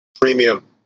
Premium